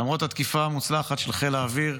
למרות התקיפה המוצלחת של חיל האוויר,